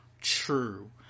true